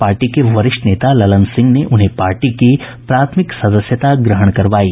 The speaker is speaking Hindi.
पार्टी के वरिष्ठ नेता ललन सिंह ने उन्हें पार्टी की प्राथमिक सदस्यता ग्रहण करवायी